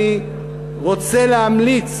אני רוצה להמליץ